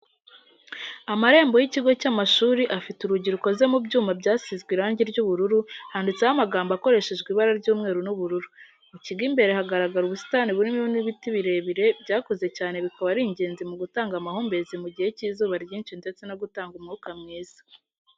Amarembo y'ikigo cy'amashuri afite urugi rukoze mu byuma byasizwe irangi ryiubururu handitseho amagambo akoreshejwe ibara ry'umweru n' ubururu, mu kigo imbere hagaragara ubusitani burimo n'ibiti birebire byakuze cyane bikaba ari ingenzi mu gutanga amahumbezi mu gihe cy'izuba ryinshi ndetse no gutanga umwuka mwiza.